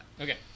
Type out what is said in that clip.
Okay